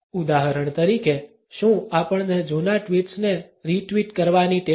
ઉદાહરણ તરીકે શું આપણને જૂના ટ્વીટ્સ ને રિ ટ્વીટ કરવાની ટેવ છે